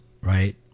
right